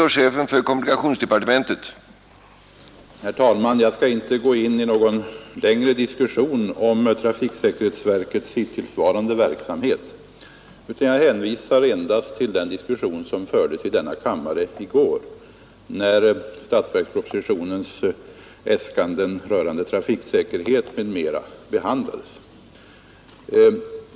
Herr talman! Jag skall inte gå in i någon längre diskussion om trafiksäkerhetsverkets hittillsvarande verksamhet, utan jag hänvisar endast till den diskussion som fördes i denna kammare i går, när statsverkspropositionens äskanden rörande trafiksäkerhet m.m. behand lades.